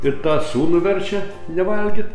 ir tą sūnų verčia nevalgyt